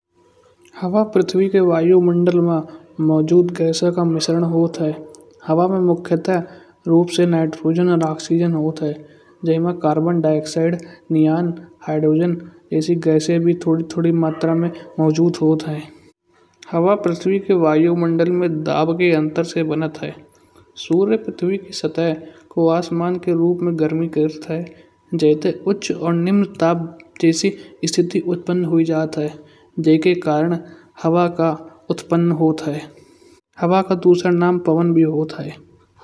हवा पृथ्वी के वायुमंडल मा मौजूद गैसों का मिश्रण होत है। हवा मा मुख्य रूप से नाइट्रोजन और ऑक्सीजन होत है। जइ मा carbon dioxide, neon, hydrogen जैसी गैसे भी थोड़ी-थोड़ी मात्रा में मौजूद होत है। हवा पृथ्वी के वायुमंडल में दब के अंतर से बनत है। सूर्य पृथ्वी की सतह को आसमान के रूप में गर्मी करत है। जइते उच्च और निम्नताप जैसी स्थिति उत्पन्न हुई जात है। जइ के कारण हवा का उत्पन्न होत है। हवा का दूसरा नाम पवन भी होत है।